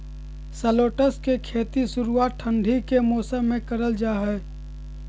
shallots के खेती शुरुआती ठंड के मौसम मे करल जा हय